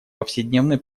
повседневной